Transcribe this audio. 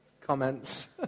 comments